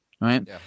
right